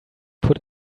put